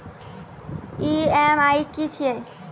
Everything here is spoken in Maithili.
ई.एम.आई की छिये?